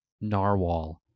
Narwhal